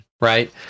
right